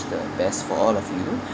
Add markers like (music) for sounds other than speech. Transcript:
the best for all of you (breath)